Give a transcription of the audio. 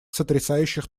сотрясающих